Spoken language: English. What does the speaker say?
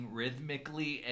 rhythmically